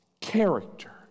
character